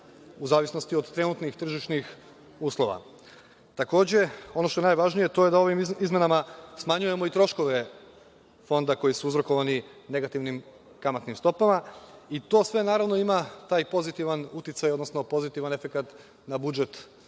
u zavisnosti od trenutnih tržišnih uslova. Takođe, ono što je najvažnije, to je da ovim izmenama smanjujemo i troškove fonda koji su uzrokovani negativnim kamatnim stopama i to sve naravno ima taj pozitivan uticaj, odnosno pozitivan efekat na budžet